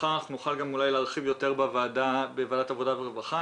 מחר נוכל להרחיב יותר בוועדת עבודה ורווחה.